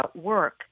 work